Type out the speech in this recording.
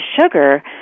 sugar